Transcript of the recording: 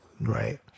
right